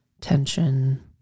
tension